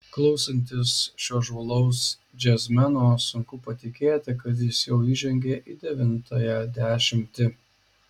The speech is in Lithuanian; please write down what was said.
klausantis šio žvalaus džiazmeno sunku patikėti kad jis jau įžengė į devintąją dešimtį